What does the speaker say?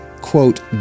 quote